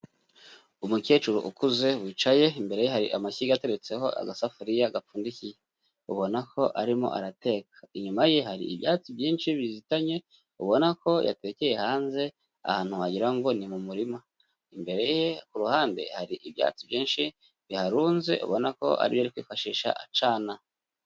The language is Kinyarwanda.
Umukecuru ukuze wicaye, imbere ye hari amashyiga atetseho agasafuriya gapfundikiye, ubona ko arimo arateka, inyuma ye hari ibyatsi byinshi bizitanye ubona ko yatekeye hanze ahantu wagira ngo ni mu murima, imbere ye ku ruhande hari ibyatsi byinshi biharunze, ubona ko ari byo ari kwifashisha acana.